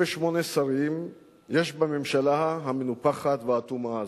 שרים יש בממשלה המנופחת והעקומה הזאת,